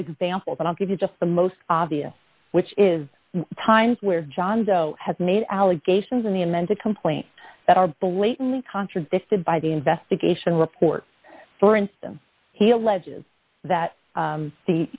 examples i'll give you just the most obvious which is times where john doe has made allegations in the amended complaint that are blatantly contradicted by the investigation report for instance he alleges that